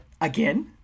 again